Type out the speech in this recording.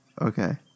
Okay